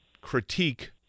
critique